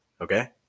Okay